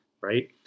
right